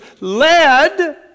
led